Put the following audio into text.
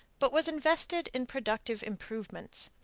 but was invested in productive improvements.